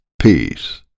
peace